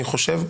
אני חושב,